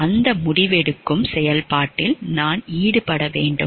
அந்த முடிவெடுக்கும் செயல்பாட்டில் நான் ஈடுபட வேண்டுமா